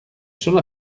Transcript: sono